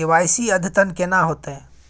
KYC अद्यतन केना होतै?